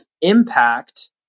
impact